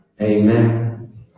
Amen